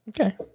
Okay